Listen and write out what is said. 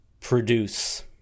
produce